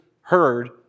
heard